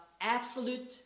absolute